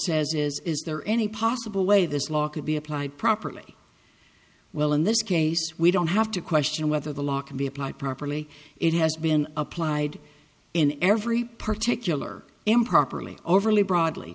says is is there any possible way this law could be applied properly well in this case we don't have to question whether the law can be applied properly it has been applied in every particular improperly overly broadly